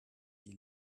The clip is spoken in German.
die